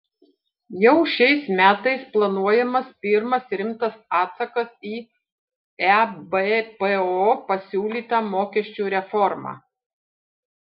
jau šiais metais planuojamas pirmas rimtas atsakas į ebpo pasiūlytą mokesčių reformą